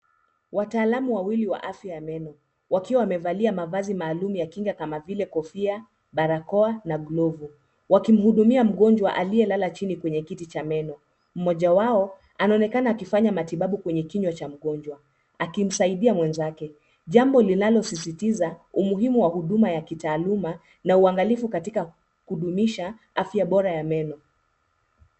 Wataalamu wawili wa afya ya meno wakiwa wamevalia mavazi maalum ya kinga kama vile kofia, barakoa na glavu. Wakimhudumia mgonjwa aliyelala chini kwenye kiti cha meno. Mmoja wao anaonekana akifanya matibabu kwenye kinywa cha mgonjwa akimsaidia mwenzake. Jambo linalosisitiza umuhimu wa huduma ya kitaaluma na uangalifu katika kudumisha afya bora ya meno.